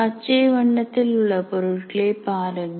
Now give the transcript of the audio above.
பச்சை வண்ணத்தில் உள்ள பொருட்களை பாருங்கள்